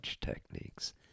techniques